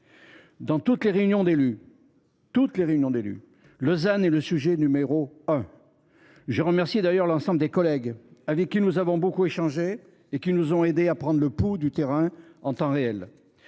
Dans toutes les réunions d’élus, le ZAN est le sujet numéro un ! Je remercie d’ailleurs l’ensemble de nos collègues, avec lesquels nous avons beaucoup échangé et qui nous ont aidés à prendre le pouls du terrain en temps réel.